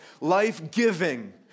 life-giving